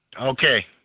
Okay